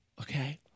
okay